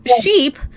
sheep